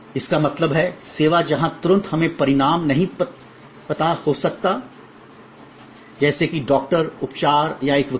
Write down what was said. इसका मतलब है सेवा जहां तुरंत हमें परिणाम नहीं पता हो सकता है जैसे कि डॉक्टर उपचार या एक वकील